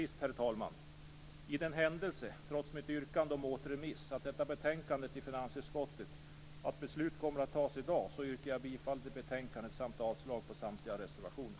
I den händelse att beslut kommer att fattas i dag, trots mitt yrkande om återremiss av detta betänkande till finansutskottet, yrkar jag bifall till hemställan i betänkandet och avslag på samtliga reservationer.